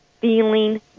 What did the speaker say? feeling